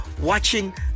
Watching